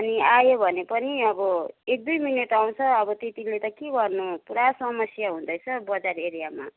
अनि आयो भने पनि अब एक दुई मिनेट आउँछ अब त्यतिले त के गर्नु पूरा समस्या हँदैछ बजार एरियामा